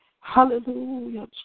Hallelujah